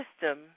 system